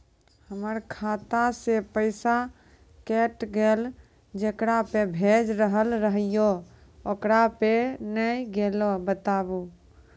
हमर खाता से पैसा कैट गेल जेकरा पे भेज रहल रहियै ओकरा पे नैय गेलै बताबू?